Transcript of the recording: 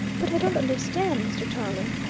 but i don't understand, mr. tarling.